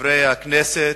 חברי הכנסת,